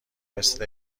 مثل